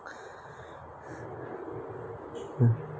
uh